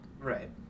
Right